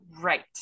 right